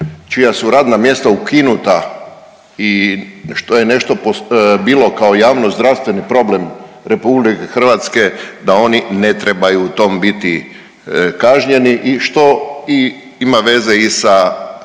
čija su radna mjesta ukinuta i što je nešto bilo kao javnozdravstveni problem RH, da oni ne trebaju u tom biti kažnjeni i što i ima veze i sa